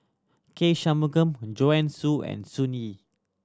K Shanmugam Joanne Soo and Sun Yee